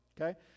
okay